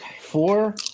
four